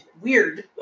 weird